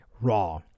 raw